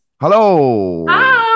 Hello